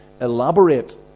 elaborate